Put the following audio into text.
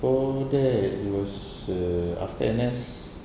before that he was err after N_S